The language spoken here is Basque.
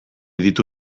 ditu